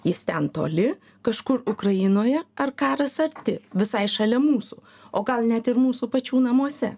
jis ten toli kažkur ukrainoje ar karas arti visai šalia mūsų o gal net ir mūsų pačių namuose